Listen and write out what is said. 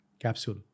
capsule